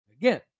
Again